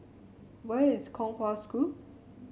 where is Kong Hwa School